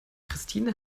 christine